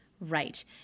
right